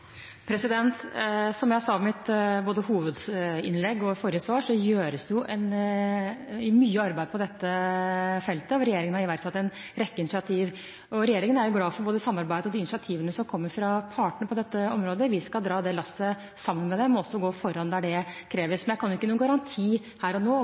Som jeg sa både i hovedinnlegget og i forrige svar, gjøres det mye arbeid på dette feltet, og regjeringen har iverksatt en rekke initiativ. Regjeringen er glad for både samarbeidet og de initiativene som kommer fra partene på dette området. Vi skal dra det lasset sammen med dem og også gå foran der det kreves. Jeg kan ikke gi noen garanti her og nå